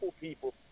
people